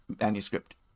manuscript